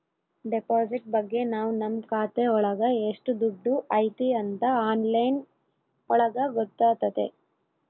deposit ಬಗ್ಗೆ ನಾವ್ ನಮ್ ಖಾತೆ ಒಳಗ ಎಷ್ಟ್ ದುಡ್ಡು ಐತಿ ಅಂತ ಆನ್ಲೈನ್ ಒಳಗ ಗೊತ್ತಾತತೆ